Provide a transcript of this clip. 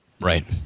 Right